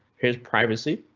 here's privacy,